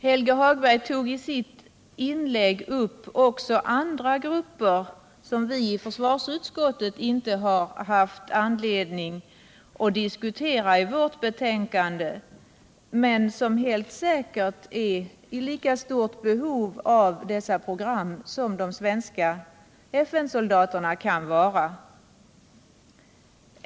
Helge Hagberg tog i sitt inlägg upp också andra grupper som vi inom försvarsutskottet inte haft anledning att diskutera i betänkandet, men som helt säkert är i lika stort behov av dessa program som de svenska FN-soldaterna.